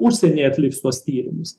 užsienyje atliks tuos tyrimus